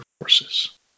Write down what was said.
forces